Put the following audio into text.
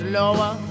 lower